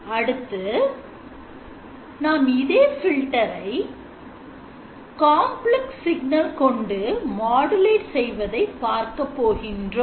அடுத்து நாம் இதே filter ஐ complex signal e − j n2N கொண்டு modulate செய்வதை பார்க்கப் போகின்றோம்